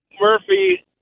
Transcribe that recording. Murphy